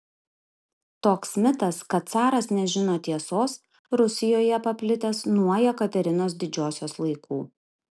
toks mitas kad caras nežino tiesos rusijoje paplitęs nuo jekaterinos didžiosios laikų